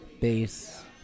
bass